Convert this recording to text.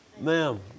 Ma'am